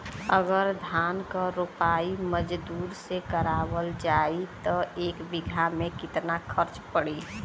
अगर धान क रोपाई मजदूर से करावल जाई त एक बिघा में कितना खर्च पड़ी?